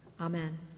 Amen